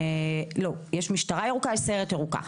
יש משטרה ירוקה ויש סיירת ירוקה.